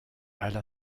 alla